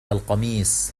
القميص